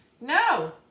No